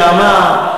שאמר,